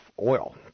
oil